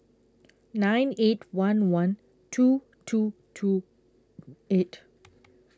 nine eight one one two two two eight